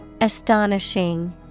Astonishing